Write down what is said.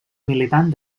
militant